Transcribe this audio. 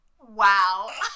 Wow